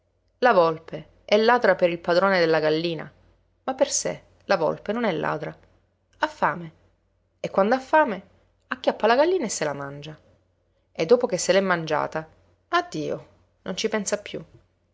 la volpe è ladra per il padrone della gallina ma per sé la volpe non è ladra ha fame e quand'ha fame acchiappa la gallina e se la mangia e dopo che se l'è mangiata addio non ci pensa più